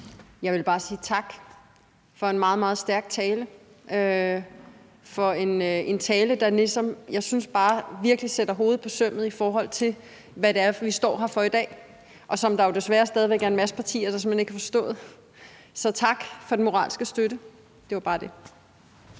Jeg vil bare sige tak for en meget, meget stærk tale, som jeg synes virkelig slår hovedet på sømmet, i forhold til hvad det er, vi står og taler om i dag, og som der jo desværre stadig er en masse partier der simpelt hen ikke har forstået. Så tak for den moralske støtte. Det var bare det,